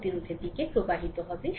প্রতিরোধের দিকে প্রবাহিত হবে